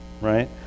Right